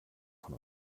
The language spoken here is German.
von